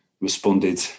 responded